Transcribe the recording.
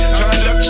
conduct